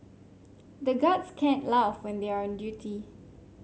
the guards can't laugh when they are on duty